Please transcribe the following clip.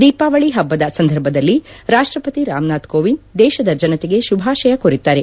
ದೀಪಾವಳಿ ಹಬ್ಬದ ಆಚರಣೆ ಸಂದರ್ಭದಲ್ಲಿ ರಾಷ್ಟ್ರಪತಿ ರಾಮನಾಥ್ ಕೋವಿಂದ್ ದೇಶದ ಜನತೆಗೆ ಶುಭಾಶಯ ಕೋರಿದ್ದಾರೆ